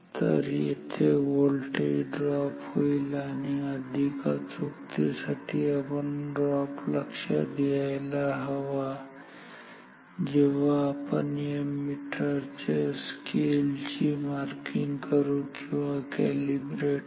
तर येथे voltage drop होईल आणि अधिक अचूकते साठी आपण ड्रॉप लक्षात घ्यायला हवा जेव्हा आपण या मीटरच्या स्केल ची मार्किंग करू किंवा कॅलीब्रेट करू